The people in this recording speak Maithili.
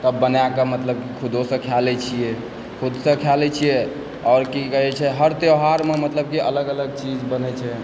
तब बनाकऽ मतलब खुदोसँ खै लय छियै खुदसँ खा लय छियै आओर की कहय छै हर त्यौहारमे मतलब कि अलग अलग चीज बनय छै